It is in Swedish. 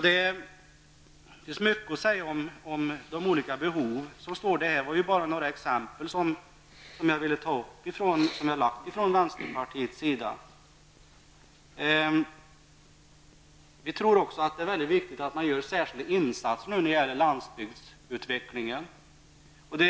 Det finns mycket att säga om de olika behov som finns. Här har jag bara nämnt några exempel på förslag från vänsterpartiet. Vi tror det är mycket viktigt med särskilda insatser för landsbygdsutvecklingen.